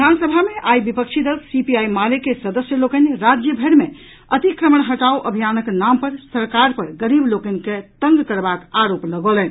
विधानसभा मे आइ विपक्षी दल सीपीआई माले के सदस्य लोकनि राज्य भरि मे अतिक्रमण हटाओ अभियानक नाम पर सरकार पर गरीब लोकनि के तंग करबाक आरोप लगौलनि